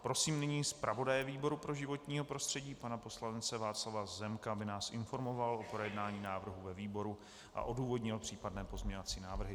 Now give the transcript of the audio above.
Prosím nyní zpravodaje výboru pro životní prostředí pana poslance Václava Zemka, aby nás informoval o projednání návrhu ve výboru a odůvodnil případné pozměňovací návrhy.